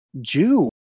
Jew